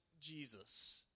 Jesus